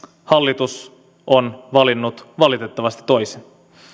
hallitus on valinnut valitettavasti toisin